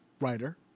writer